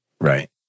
right